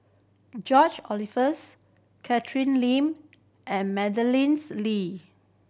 George Oehlers Catherine Lim and Madeleines Lee